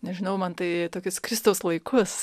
nežinau man tai tokius kristaus laikus